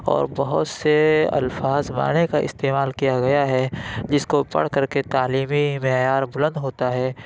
اور بہت سے الفاظ معنے کا استعمال کیا گیا ہے جس کو پڑھ کر کے تعلیمی معیار بلند ہوتا ہے